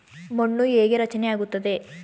ಮಣ್ಣು ಹೇಗೆ ರಚನೆ ಆಗುತ್ತದೆ?